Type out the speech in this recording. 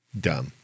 dumb